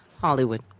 Hollywood